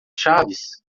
chaves